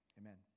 amen